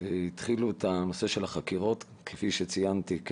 התחילו את הנושא של החקירות כפי שציינתי,